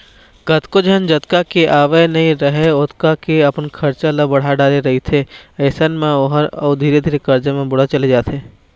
कतको झन जतका के आवक नइ राहय ओतका के अपन खरचा ल बड़हा डरे रहिथे अइसन म ओहा अउ धीरे धीरे करजा म बुड़त चले जाथे